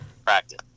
practice